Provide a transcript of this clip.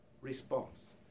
response